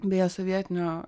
beje sovietinio